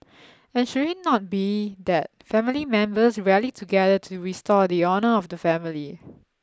and should it not be that family members rally together to restore the honour of the family